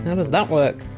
how does that work?